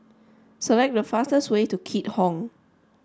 select the fastest way to Keat Hong